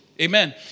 Amen